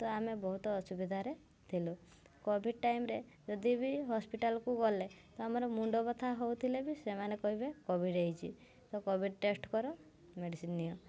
ତ ଆମେ ବହୁତ ଅସୁବିଧାରେ ଥିଲୁ କୋଭିଡ଼୍ ଟାଇମ୍ ରେ ଯଦି ବି ହସ୍ପିଟାଲ୍ କୁ ଗଲେ ତ ଆମର ମୁଣ୍ଡ ବ୍ୟଥା ହଉଥିଲେ ବି ସେମାନେ କହିବେ କୋଭିଡ଼୍ ହେଇଛି ତ କୋଭିଡ଼୍ ଟେଷ୍ଟ୍ କର ମେଡ଼ିସିନ୍ ନିଅ